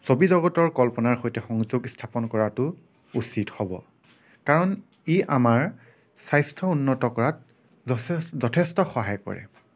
ছবিজগতৰ কল্পনাৰ সৈতে সংযোগ স্থাপন কৰাটো উচিত হ'ব কাৰণ ই আমাৰ স্বাস্থ্য় উন্নত কৰাত যথেষ্ট সহায় কৰে